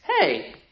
hey